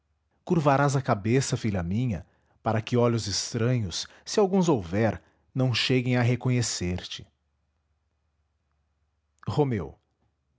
pronto curvarás a cabeça filha minha para que olhos estranhos se alguns houver não cheguem a reconhecer te romeu